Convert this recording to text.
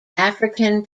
african